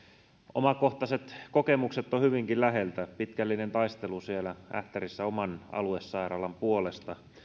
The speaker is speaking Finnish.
omakohtaiset kokemukset ovat hyvinkin läheltä pitkällisestä taistelusta siellä ähtärissä oman aluesairaalan puolesta